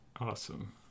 Awesome